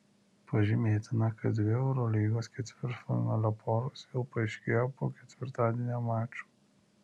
pažymėtina kad dvi eurolygos ketvirtfinalio poros jau paaiškėjo po ketvirtadienio mačų